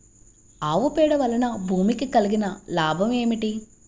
ఆవు పేడ వలన భూమికి కలిగిన లాభం ఏమిటి?